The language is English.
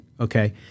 okay